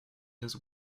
his